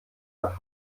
nach